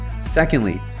Secondly